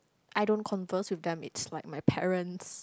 I don't converse with them it's like my parents